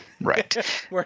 right